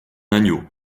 agneau